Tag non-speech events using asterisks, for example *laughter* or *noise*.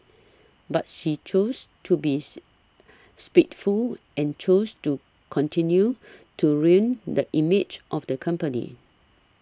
but she chose to be *noise* spiteful and chose to continue to ruin the image of the company